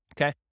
Okay